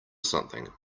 something